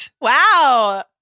Wow